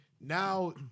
now